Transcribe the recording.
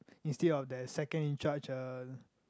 instead of that second in charge uh